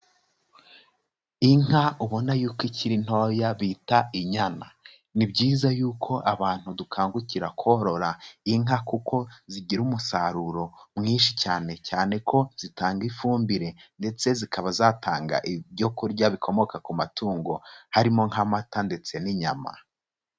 Inka ubona yuko ikiri ntoya bita inyana. Ni byiza yuko abantu dukangukira korora inka kuko zigira umusaruro mwinshi cyane cyane ko zitanga ifumbire ndetse zikaba zatanga ibyokurya bikomoka ku matungo harimo nk'amata, ndetse n'inyama.